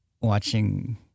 watching